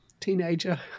teenager